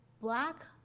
black